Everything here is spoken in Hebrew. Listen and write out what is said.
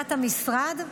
מבחינת המשרד,